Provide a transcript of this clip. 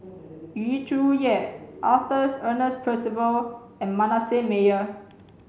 Yu Zhuye Arthur Ernest Percival and Manasseh Meyer